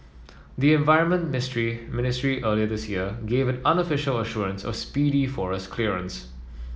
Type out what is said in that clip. the environment ministry earlier this year gave an unofficial assurance of speedy forest clearance